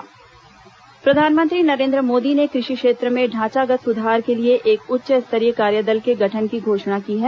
प्रधानमंत्री नीति आयोग प्रधानमंत्री नरेन्द्र मोदी ने कृषि क्षेत्र में ढांचागत सुधार के लिए एक उच्च स्तरीय कार्यदल के गठन की घोषणा की है